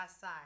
side